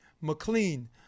McLean